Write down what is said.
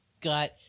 got